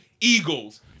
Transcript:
eagles